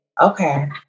Okay